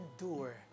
endure